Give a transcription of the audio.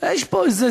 יש פה איזה